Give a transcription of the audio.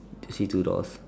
do you see two doors